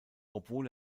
obwohl